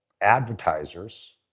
advertisers